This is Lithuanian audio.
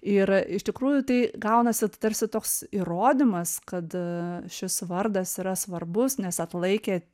ir iš tikrųjų tai gaunasi tarsi toks įrodymas kad šis vardas yra svarbus nes atlaikė